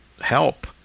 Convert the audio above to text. help